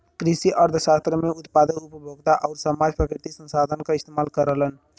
कृषि अर्थशास्त्र में उत्पादक, उपभोक्ता आउर समाज प्राकृतिक संसाधन क इस्तेमाल करलन